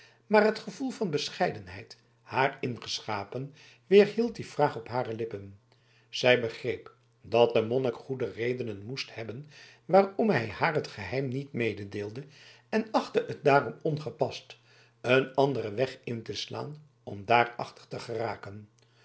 maar het gevoel van bescheidenheid haar ingeschapen weerhield die vraag op hare lippen zij begreep dat de monnik goede redenen moest hebben waarom hij haar het geheim niet mededeelde en achtte het daarom ongepast een anderen weg in te slaan om daarachter te geraken